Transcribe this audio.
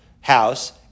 house